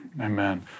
Amen